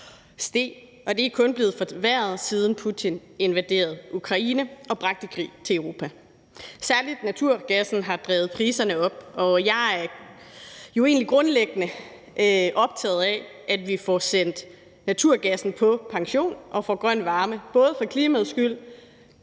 og det er kun blevet forværret, siden Putin invaderede Ukraine og bragte krig til Europa. Særlig naturgassen har drevet priserne op, og jeg er jo egentlig grundlæggende optaget af, at vi får sendt naturgassen på pension og får grøn varme, både for klimaets skyld,